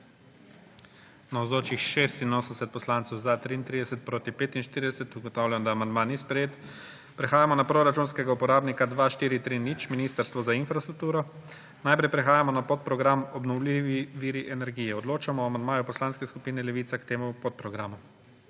43, proti 45. (Za je glasovalo 43.) (Proti 45.) Ugotavljam, da amandma ni sprejet. Prehajamo na proračunskega uporabnika 2430 Ministrstvo za infrastrukturo. Najprej prehajamo na podprogram Obnovljivi viri energije. Odločamo o amandmaju Poslanske skupine Levica k temu podprogramu.